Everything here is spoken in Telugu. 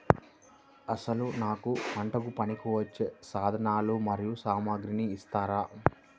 అసలు నాకు పంటకు పనికివచ్చే సాధనాలు మరియు సామగ్రిని ఇస్తారా?